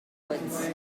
woods